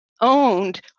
owned